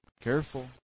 Careful